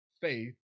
faith